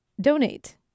donate